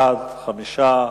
בעד, 5,